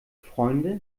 freunde